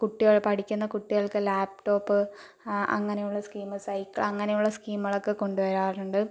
കുട്ടികൾ പഠിക്കുന്ന കുട്ടികൾക്ക് ലാപ്ടോപ്പ് അ അങ്ങനെയുള്ള സ്കീമ് സൈക്കിള് അങ്ങനെയുള്ള സ്കീമുകളൊക്കെ കൊണ്ട് വരാറുണ്ട്